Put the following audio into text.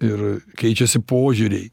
ir keičiasi požiūriai